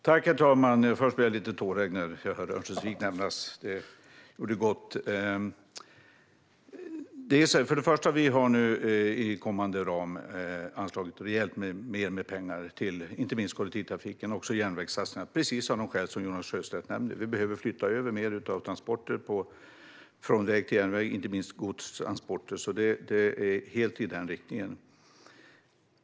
Herr talman! Först blev jag lite tårögd när jag hörde Örnsköldsvik nämnas. Det gjorde gott. Vi har i kommande ram anslagit rejält mer med pengar till inte minst kollektivtrafiken och också järnvägssatsningar precis av de skäl som Jonas Sjöstedt nämner. Vi behöver flytta över mer av transporter från väg till järnväg och inte minst godstransporter. Det är helt i den riktningen.